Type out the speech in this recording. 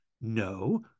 No